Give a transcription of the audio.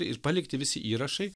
ir palikti visi įrašai